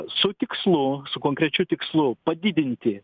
su tikslu su konkrečiu tikslu padidinti